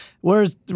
Whereas